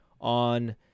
on